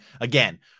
again